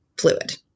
fluid